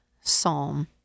psalm